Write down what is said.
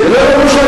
זה לא ירושלים.